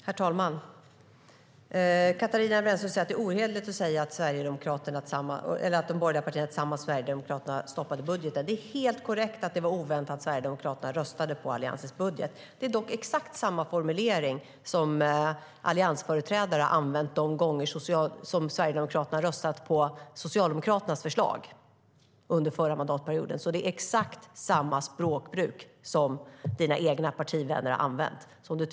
Herr talman! Katarina Brännström säger att det är ohederligt att säga att de borgerliga partierna tillsammans med Sverigedemokraterna stoppade budgeten. Det är helt korrekt att det var oväntat att Sverigedemokraterna röstade på Alliansens budget. Det är dock exakt samma formulering som alliansföreträdare använde de gånger som Sverigedemokraterna röstade på Socialdemokraternas förslag under förra mandatperioden. Det är alltså exakt samma språkbruk som dina partivänner har använt, Katarina Brännström.